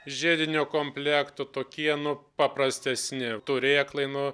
žiedinio komplekto tokie nu paprastesni turėklai nu